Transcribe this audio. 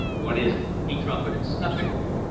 what is it? he trumpeted snufflingly.